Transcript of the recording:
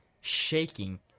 shaking